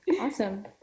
Awesome